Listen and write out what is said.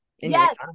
Yes